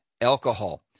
Alcohol